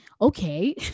okay